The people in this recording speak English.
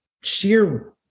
sheer